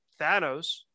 Thanos